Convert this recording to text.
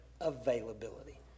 availability